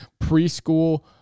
preschool